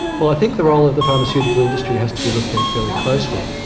well, i think the role of the pharmaceutical industry has to be looked at fairly closely.